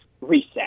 reset